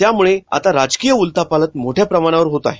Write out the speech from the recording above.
त्यामुळे आता राजकीय उलथापालथ मोठ्या प्रमाणावर होत आहे